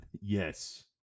yes